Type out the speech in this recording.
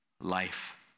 life